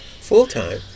full-time